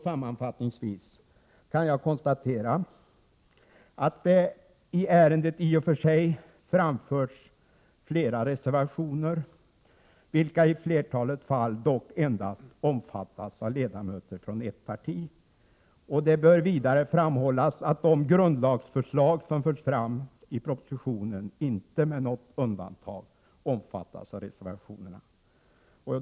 Sammanfattningsvis kan jag konstatera att det i ärendet visserligen framförs flera reservationer, vilka i flertalet fall dock endast omfattas av ledamöter från ett parti. Det bör vidare framhållas att de grundlagsförslag som läggs fram i propositionen inte, med något undantag, omfattas av 93 reservationer.